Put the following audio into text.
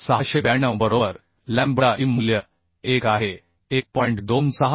2692 बरोबर lambda e मूल्य 1 आहे 1